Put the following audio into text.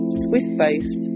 Swiss-based